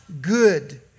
good